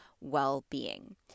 well-being